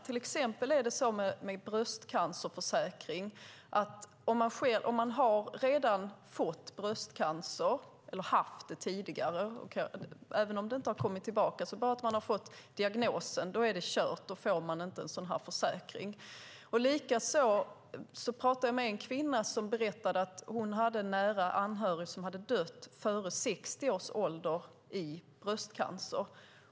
Till exempel får man ingen bröstcancerförsäkring om man redan har fått bröstcancer eller har fått diagnosen tidigare, även om det inte har kommit tillbaka. Då är det kört. Jag pratade också med en kvinna som berättade att en nära anhörig dött före 60 års ålder i bröstcancer.